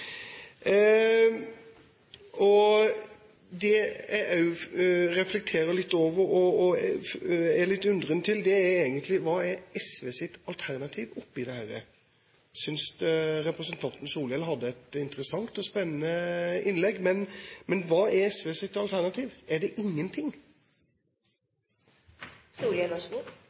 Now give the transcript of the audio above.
god. Det jeg også reflekterer litt over og er litt undrende til, er egentlig hva som er SVs alternativ i dette. Jeg synes representanten Solhjell hadde et interessant og spennende innlegg, men hva er SVs alternativ? Er det